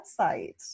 website